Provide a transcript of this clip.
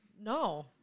no